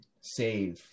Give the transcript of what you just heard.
save